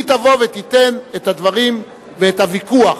היא תבוא ותיתן את הדברים ואת הוויכוח,